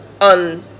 on